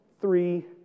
three